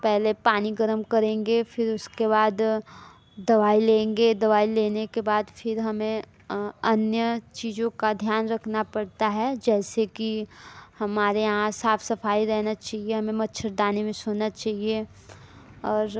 पहले पानी गर्म करेंगे फिर उसके बाद दवाई लेंगे दवाई लेने के बाद फिर हमें अन्य चीज़ों का ध्यान रखना पड़ता है जैसे कि हमारे यहाँ साफ सफाई रहना चाहिए हमें मच्छरदानी में सोना चाहिए और